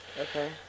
Okay